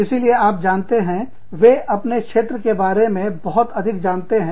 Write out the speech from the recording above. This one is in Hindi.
इसीलिए आप जानते हैं वे अपने क्षेत्र के बारे में बहुत अधिक जानते हैं